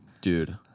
dude